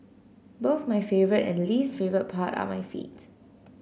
both my favourite and least favourite part are my feet